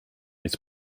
his